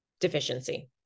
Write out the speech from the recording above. deficiency